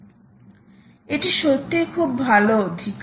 সুতরাং এটি সত্যিই খুব ভাল অধিকার